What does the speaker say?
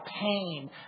pain